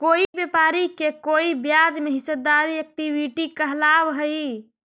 कोई व्यापारी के कोई ब्याज में हिस्सेदारी इक्विटी कहलाव हई